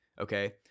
okay